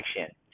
action